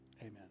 amen